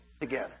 together